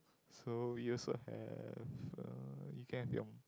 so used to have uh Liew Ken Leong